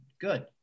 good